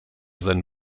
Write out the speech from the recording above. sein